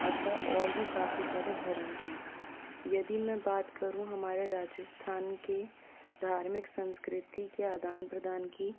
अतः और भी काफ़ी सारे धर्म हैं यदि मैं बात करूँ हमारे राजस्थान के धार्मिक संस्कृती के आदान प्रदान की